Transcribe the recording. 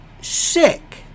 sick